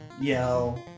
yell